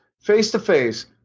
face-to-face